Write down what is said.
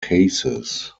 cases